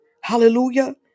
hallelujah